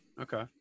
okay